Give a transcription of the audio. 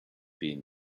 been